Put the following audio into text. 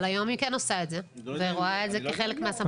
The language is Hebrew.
אבל היום היא כן עושה את זה ורואה את זה כחלק מהסמכות שלה.